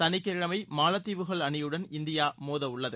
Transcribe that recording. சனிக்கிழமை மாலத்தீவுகள் அணியுடன் இந்தியா மோதவுள்ளது